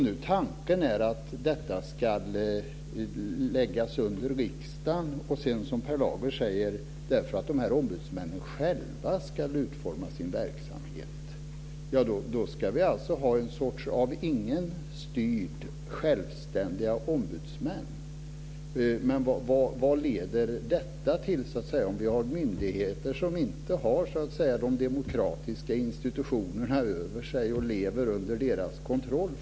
Om tanken är att detta ska läggas under riksdagen för att, som Per Lager säger, ombudsmännen själva ska utforma sin verksamhet, då ska vi alltså ha en sorts av ingen styrda självständiga ombudsmän. Vad leder det till, för det första, om vi har myndigheter som inte har de demokratiska institutionerna över sig och lever under deras kontroll?